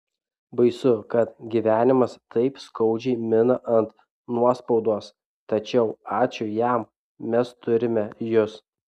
baisu kad gyvenimas taip skaudžiai mina ant nuospaudos tačiau ačiū jam mes turime jus